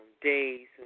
days